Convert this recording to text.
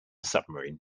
submarine